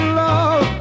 love